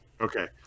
Okay